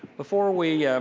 before we